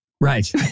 Right